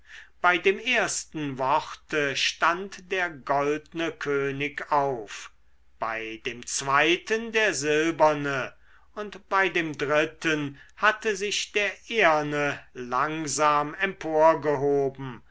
bei dem ersten worte stand der goldne könig auf bei dem zweiten der silberne und bei dem dritten hatte sich der eherne langsam